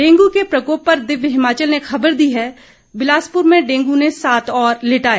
dengue के प्रकोप पर दिव्य हिमाचल ने खबर दी है बिलासपुर में डेंगू ने सात और लिटाए